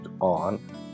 on